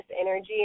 energy